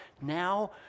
Now